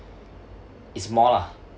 is more lah